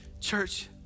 Church